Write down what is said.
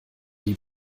die